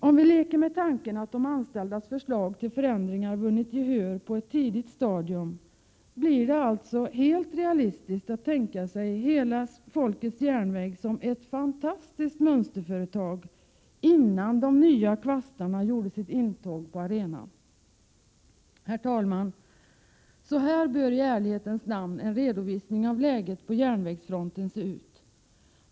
Om vi leker med tanken att de anställdas förslag till förändringar vunnit gehör på ett tidigt stadium, blir det alltså helt realistiskt att tänka sig hela folkets järnväg som ett fantastiskt mönsterföretag, innan de nya kvastarna gjorde sitt intåg på arenan. Herr talman! Så här bör i ärlighetens namn en redovisning av läget på järnvägsfronten se ut.